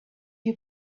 you